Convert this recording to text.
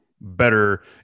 better